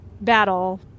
battle